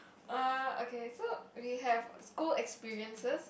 uh okay so we have school experiences